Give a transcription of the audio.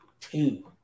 two